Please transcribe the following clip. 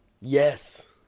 Yes